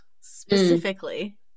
specifically